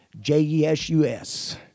J-E-S-U-S